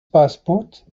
passport